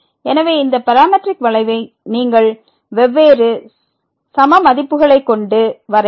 எனவே இந்த பாராமெட்ரிக் வளைவை நீங்கள் வெவ்வேறு சt மதிப்புகளை கொண்டு வரையலாம்